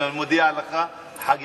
אני מודיע לך, חגיגית.